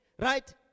Right